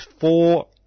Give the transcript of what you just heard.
four